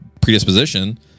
predisposition